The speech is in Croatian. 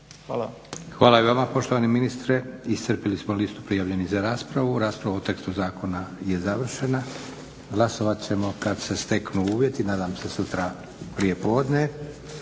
(SDP)** Hvala i vama poštovani ministre. Iscrpili smo listu prijavljenih za raspravu. Rasprava o tekstu zakona je završena. Glasovat ćemo kad se steknu uvjeti, nadam se sutra prije podne.